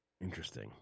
interesting